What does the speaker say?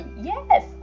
Yes